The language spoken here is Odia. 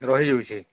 ରହିଯାଉଛିି